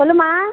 சொல்லும்மா